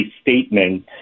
statement